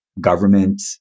government